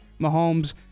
Mahomes